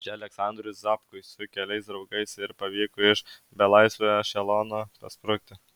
čia aleksandrui zapkui su keliais draugais ir pavyko iš belaisvių ešelono pasprukti